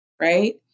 right